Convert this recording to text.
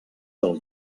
del